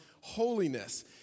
holiness